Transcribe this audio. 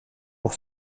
pour